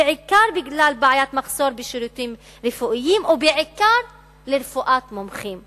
בעיקר בגלל מחסור בשירותים רפואיים ובעיקר ברפואת מומחים.